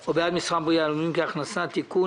או בעד מסחר יהלומים כהכנסה) (תיקון),